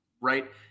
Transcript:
right